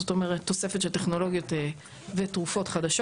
זאת אומרת תוספת של טכנולוגיות ותרופות חדשות.